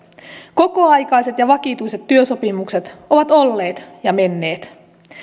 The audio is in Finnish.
kokoaikaiset ja vakituiset työsopimukset ovat olleet ja menneet